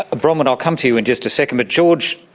ah bronwen, i'll come to you in just a second. but george,